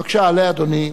בבקשה, עלה, אדוני.